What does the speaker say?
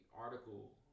article